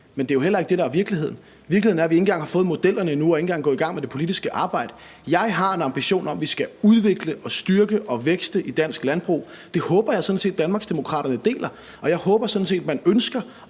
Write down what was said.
Men det er jo heller ikke det, der er virkeligheden. Virkeligheden er, at vi ikke engang har fået modellerne endnu og ikke engang er gået i gang med det politiske arbejde. Jeg har en ambition om, at vi skal udvikle og styrke og vækste i dansk landbrug. Den ambition håber jeg sådan set at Danmarksdemokraterne deler, og jeg håber sådan set, at man ønsker